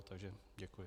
Takže děkuji.